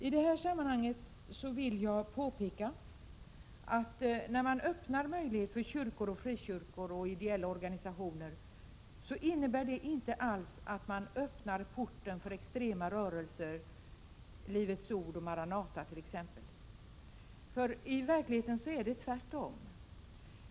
I detta sammanhang vill jag påpeka att det faktum att man härvidlag öppnar möjlighet för kyrkor, frikyrkor och ideella organisationer inte alls innebär att man öppnar porten för extrema rörelser, t.ex. Livets ord och Maranata. I verkligheten är det tvärtom.